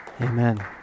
Amen